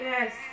Yes